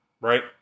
Right